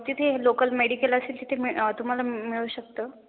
जिथे local medical असेल तिथे मि तुम्हाला मिळू शकतं